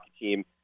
team